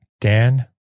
Dan